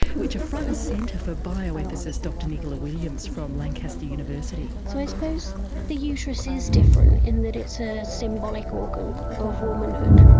which are front and centre for bioethicist dr nicola williams from lancaster university. so i suppose the uterus is different in that it's a symbolic organ of womanhood,